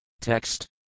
Text